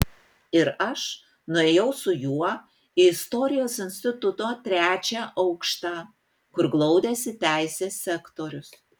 ir aš nuėjau su juo į istorijos instituto trečią aukštą kur glaudėsi teisės sektorius